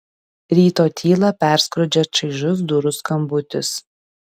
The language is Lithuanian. ryto tylą perskrodžia čaižus durų skambutis